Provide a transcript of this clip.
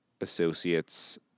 Associates